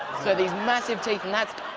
so these massive teeth and that's